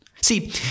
See